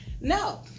no